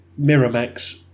Miramax